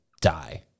die